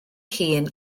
hun